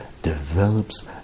develops